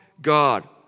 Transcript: God